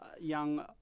young